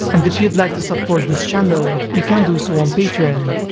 and if you'd like to support this channel you can do so on patreon.